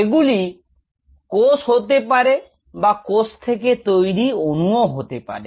এগুলি কোষ হতে পারে বা কোষ থেকে তৈরি অনুও হতে পারে